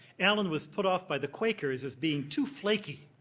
allen was put off by the quakers as being too flaky.